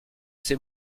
ces